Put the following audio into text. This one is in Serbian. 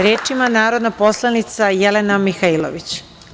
Reč ima narodna poslanica Jelena Mihailović.